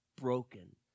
broken